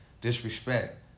disrespect